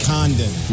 Condon